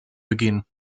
begehen